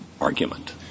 argument